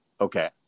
Okay